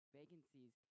vacancies